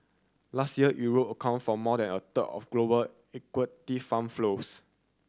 last year Europe account for more than a third of global equity fund flows